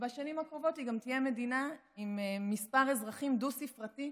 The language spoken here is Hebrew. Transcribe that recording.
בשנים הקרובות היא גם תהיה מדינה עם מספר מיליונים דו-ספרתי.